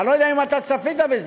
אני לא יודע אם אתה צפית בזה,